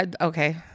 Okay